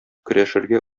көрәшергә